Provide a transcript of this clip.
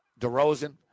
DeRozan